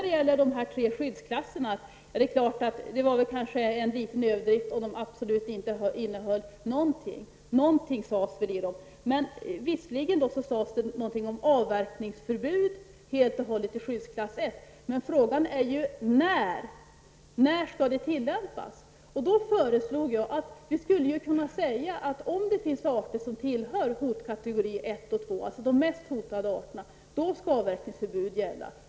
Det är klart att det var en liten överdrift att de tre skyddsklasserna absolut inte innehöll någonting. Någonting sades väl i dem. Visserligen sades något om totalt avverkningsförbud i skyddsklass 1, men frågan är när det skall tillämpas. Jag föreslog att vi skulle kunna säga att om det fanns arter som tillhörde hotkategorin 1 och 2, alltså de mest hotade arterna, skulle avverkningsförbud gälla.